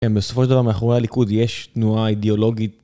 בסופו של דבר מאחורי הליכוד יש תנועה אידיאולוגית.